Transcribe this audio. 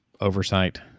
oversight